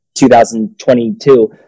2022